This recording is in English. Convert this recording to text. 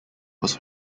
was